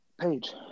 Page